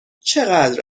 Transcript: چقدر